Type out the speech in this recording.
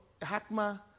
Hakma